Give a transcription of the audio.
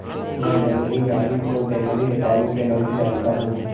मैं बैंगनी यामी को बैंगनी रतालू के नाम से जानता हूं